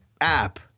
app